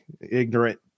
ignorant